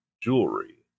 jewelry